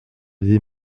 des